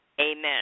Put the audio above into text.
Amen